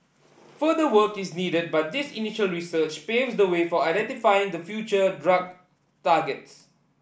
further work is needed but this initial research paves the way for identifying the future drug targets